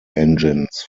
engines